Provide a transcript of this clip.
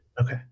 Okay